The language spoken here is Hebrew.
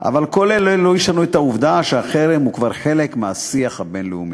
אבל כל אלה לא ישנו את העובדה שהחרם הוא כבר חלק מהשיח הבין-לאומי,